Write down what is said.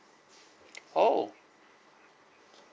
oh